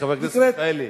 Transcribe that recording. חבר הכנסת מיכאלי,